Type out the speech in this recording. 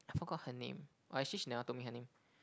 I forgot her name or actually she never told me her name